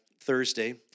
Thursday